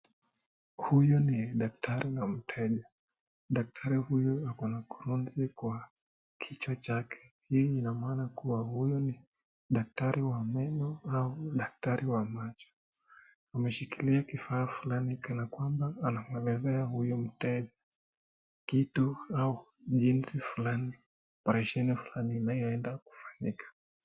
Huyu ni daktari na mteja. Daktari huyu ako na kurunzi kwa kichwa chake. Hii inamaana kuwa huyu ni daktari wa meno au daktari wa macho. Ameshikilia kifaa fulani kana kwamba anamwelezea huyu mteja kitu au jinsi fulani, opereshieni fulani inayoenda kufanyika.